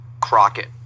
Crockett